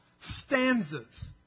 stanzas